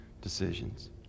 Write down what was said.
decisions